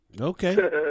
Okay